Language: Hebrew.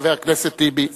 חבר הכנסת טיבי,